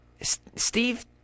Steve